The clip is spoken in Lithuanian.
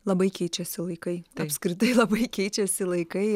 labai keičiasi laikai apskritai labai keičiasi laikai